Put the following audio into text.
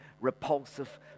repulsive